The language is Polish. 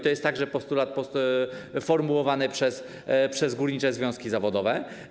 To jest także postulat formułowany przez górnicze związki zawodowe.